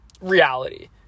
reality